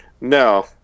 No